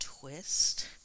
twist